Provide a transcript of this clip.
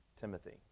Timothy